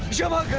yama?